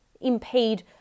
impede